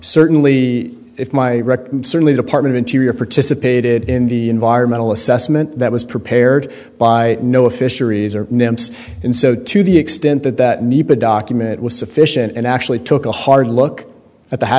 certainly if my rectum certainly department interior participated in the environmental assessment that was prepared by noah fisheries or nimitz and so to the extent that that nepa document was sufficient and actually took a hard look at the h